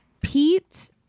Pete